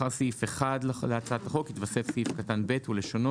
לאחר סעיף 1 להצעת החוק יתווסף סעיף קטן (ב) ולשונו,